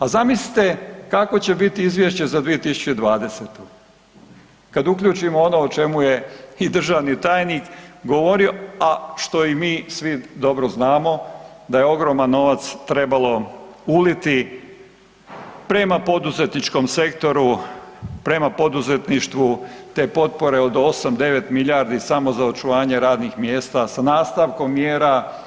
A zamislite kako će biti izvješće za 2020. kad uključimo ono i čemu je državni tajnik govorio, a i što mi svi dobro znamo da je ogroman novac trebalo uliti prema poduzetničkom sektoru, prema poduzetništvu te potpore od 8, 9 milijardi samo za očuvanje radnih mjesta, sa nastavkom mjera.